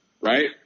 right